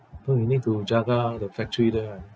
so he need to jaga the factory there right